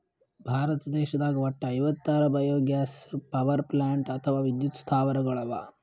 ಭಾರತ ದೇಶದಾಗ್ ವಟ್ಟ್ ಐವತ್ತಾರ್ ಬಯೊಗ್ಯಾಸ್ ಪವರ್ಪ್ಲಾಂಟ್ ಅಥವಾ ವಿದ್ಯುತ್ ಸ್ಥಾವರಗಳ್ ಅವಾ